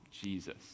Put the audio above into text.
Jesus